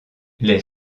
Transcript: les